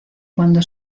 cuando